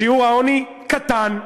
שיעור העוני קטן.